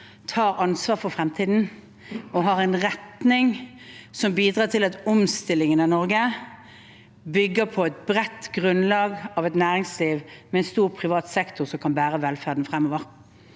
tar ansvar for fremtiden og har en retning som bidrar til at omstillingen av Norge bygger på et bredt grunnlag av et næringsliv med en stor privat sektor som kan bære velferden fremover.